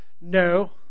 No